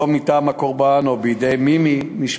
לא מטעם הקורבן או מי ממשפחתה,